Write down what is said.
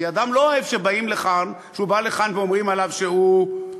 כי אדם לא אוהב שהוא בא לכאן ואומרים עליו שהוא משיחיסט,